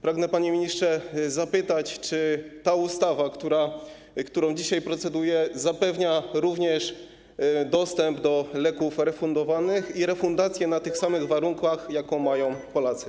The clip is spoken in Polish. Pragnę, panie ministrze, zapytać, czy ta ustawa, którą dzisiaj procedujemy, zapewnia również dostęp do leków refundowanych i refundację na tych samych warunkach, jakie mają Polacy.